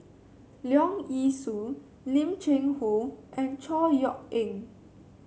Leong Yee Soo Lim Cheng Hoe and Chor Yeok Eng